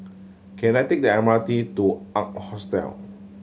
can I take the M R T to Ark Hostel